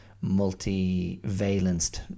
multi-valenced